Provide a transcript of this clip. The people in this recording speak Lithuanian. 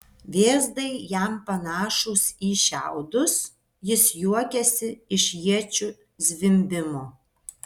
vėzdai jam panašūs į šiaudus jis juokiasi iš iečių zvimbimo